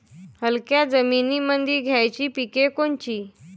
हलक्या जमीनीमंदी घ्यायची पिके कोनची?